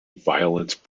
violence